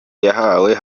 yahawe